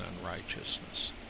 unrighteousness